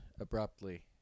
abruptly